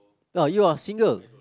oh you are single